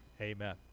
Amen